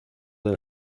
del